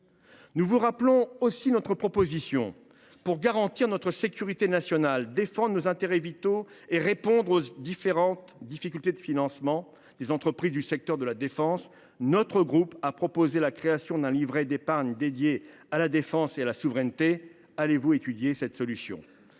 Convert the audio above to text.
Nous vous rappelons aussi notre proposition pour garantir notre sécurité nationale, défendre nos intérêts vitaux et répondre aux différentes difficultés de financement des entreprises du secteur de la défense. Le groupe Socialiste, Écologiste et Républicain a proposé la création d’un livret d’épargne dédié à la défense et à la souveraineté. Allez vous étudier cette solution ?